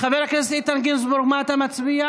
חבר הכנסת איתן גינזבורג, מה אתה מצביע?